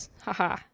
haha